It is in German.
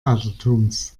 altertums